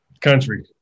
Country